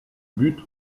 but